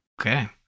Okay